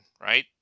right